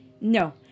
no